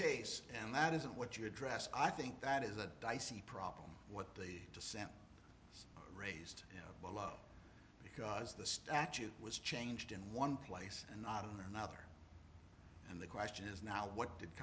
case and that isn't what you address i think that is a dicey problem what the dissent raised below because the statute was changed in one place and not another and the question is not what did